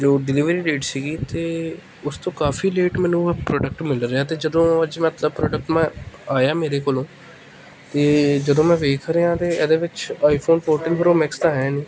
ਜੋ delivery date ਸੀਗੀ ਤੇ ਉਸ ਤੋਂ ਕਾਫੀ ਲੇਟ ਮੈਨੂੰ ਆਹ ਪ੍ਰੋਡਕਟ ਮਿਲ ਰਿਹਾ ਅਤੇ ਜਦੋਂ ਅੱਜ ਮਤਲਬ ਪ੍ਰੋਡਕਟ ਮੈਂ ਆਇਆ ਮੇਰੇ ਕੋਲੋਂ ਅਤੇ ਜਦੋਂ ਮੈਂ ਵੇਖ ਰਿਹਾ ਤਾਂ ਇਹਦੇ ਵਿੱਚ ਆਈਫੋਨ ਫ਼ੋਰਟੀਨ ਪ੍ਰੋ ਮੈਕਸ ਤਾਂ ਹੈ ਨਹੀਂ